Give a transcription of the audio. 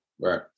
Right